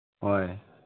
ꯍꯣꯏ